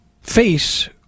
face